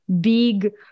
big